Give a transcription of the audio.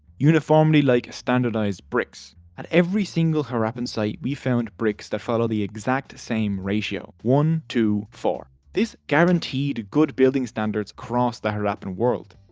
uniformity like standardised bricks. at every single harappan site we've found bricks that follow the exact same ratio, one two four. this guaranteed good building standards across the harappan world.